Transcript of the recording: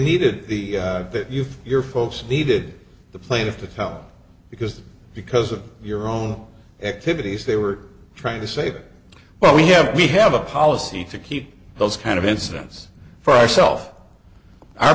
needed the bit you your folks needed the plaintiff to tell because because of your own activities they were trying to say well we have we have a policy to keep those kind of incidents for ourself our